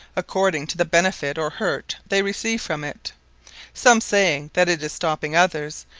according to the benefit, or hurt, they receive from it some saying, that it is stopping others,